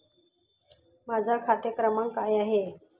माझा खाते क्रमांक काय आहे?